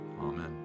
Amen